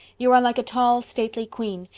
you are like a tall stately queen.